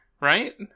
right